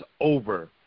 over